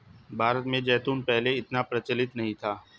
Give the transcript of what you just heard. भारत में जैतून पहले इतना प्रचलित नहीं था